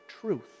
truth